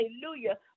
Hallelujah